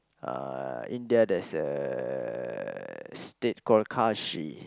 uh India there's a state called Kashi